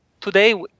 today